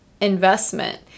investment